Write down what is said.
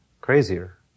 crazier